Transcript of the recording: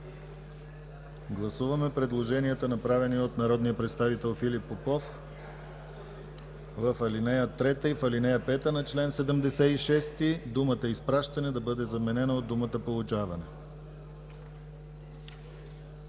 Гласуваме предложенията направени от народния представител Филип Попов – в ал. 3 и в ал. 5 на чл. 76, думата „изпращане” да бъде заменена от думата „получаване”.